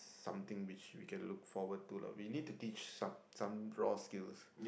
something which we can look forward to lah we need to teach some some raw skills